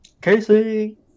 Casey